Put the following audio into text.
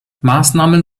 maßnahmen